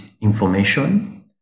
information